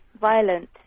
violent